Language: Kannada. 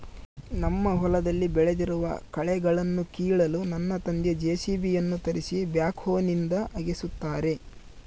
ನಮ್ಮ ಹೊಲದಲ್ಲಿ ಬೆಳೆದಿರುವ ಕಳೆಗಳನ್ನುಕೀಳಲು ನನ್ನ ತಂದೆ ಜೆ.ಸಿ.ಬಿ ಯನ್ನು ತರಿಸಿ ಬ್ಯಾಕ್ಹೋನಿಂದ ಅಗೆಸುತ್ತಾರೆ